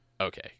Okay